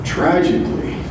Tragically